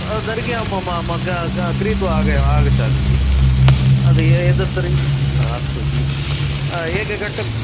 तर्हि म म ग ग क्रीत्वा आग आगच्छामि जि यदि ए एतत् तर्हि अस्तु जि एकघण्टा